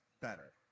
better